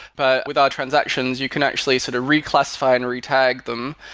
but with our transactions, you can actually sort of reclassify and retag them.